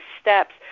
steps